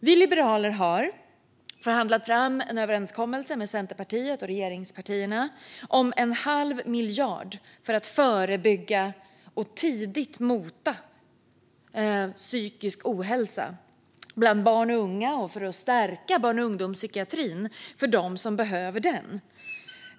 Vi liberaler har förhandlat fram en överenskommelse med Centerpartiet och regeringspartierna om en halv miljard för att förebygga och tidigt mota psykisk ohälsa bland barn och unga och för att stärka barn och ungdomspsykiatrin för dem som behöver den.